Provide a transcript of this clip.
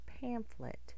pamphlet